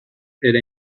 era